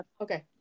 Okay